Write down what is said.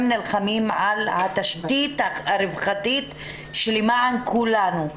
הם נלחמים על התשתית הרווחתית למען כולנו.